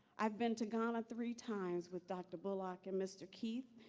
i've been to ghana three times with dr. bullock and mr. keith,